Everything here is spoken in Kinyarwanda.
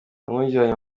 yamujyanye